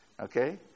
okay